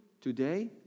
today